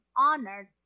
honored